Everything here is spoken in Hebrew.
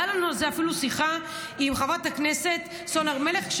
הייתה לנו אפילו שיחה עם חברת הכנסת סון הר מלך,